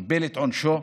קיבל את עונשו.